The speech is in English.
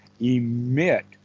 emit